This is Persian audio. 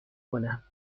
کنم